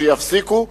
שיפסיקו.